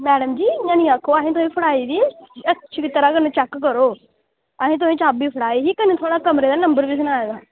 madam ji इंया निं आक्खो असें तुसें गी फड़ाई दी एह् अच्छी तरहां कन्नै चैक करो असें तुसेंगी चाभी फड़ाई ही ते कन्नै थुआढ़े कमरे दा नंबर सनाया हा